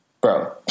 bro